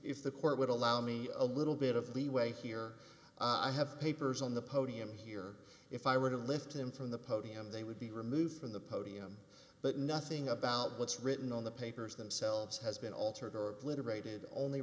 if the court would allow me a little bit of leeway here i have papers on the podium here if i were to lift them from the podium they would be removed from the podium but nothing about what's written on the papers themselves has been altered or obliterated only